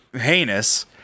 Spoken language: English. heinous